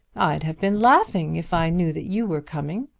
i'd have been laughing if i knew that you were coming.